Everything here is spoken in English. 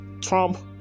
Trump